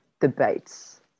debates